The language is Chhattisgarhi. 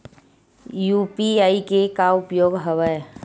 यू.पी.आई के का उपयोग हवय?